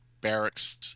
barracks